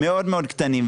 מאוד מאוד קטנים,